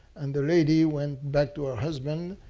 and the lady went back to her husband.